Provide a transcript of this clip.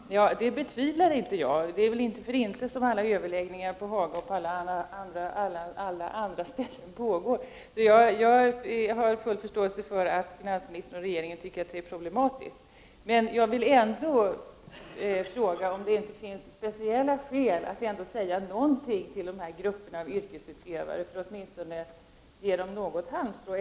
Fru talman! Ja, det betvivlar jag inte. Det är väl inte för intet som det pågår överläggningar på Haga och på andra ställen. Jag har alltså full förståelse för att finansministern och regeringen i övrigt tycker att dessa frågor är problematiska. Men jag vill ändå fråga om det inte finns speciella skäl att säga någonting till dessa grupper av yrkesutövare och att ge dem åtminstone något halmstrå.